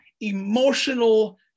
emotional